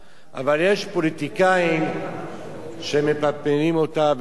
אבל יש פוליטיקאים שמפמפמים אותה ומנסים